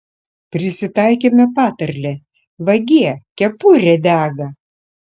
prisitaikėme patarlę vagie kepurė dega